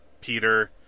Peter